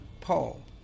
Paul